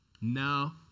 no